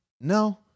No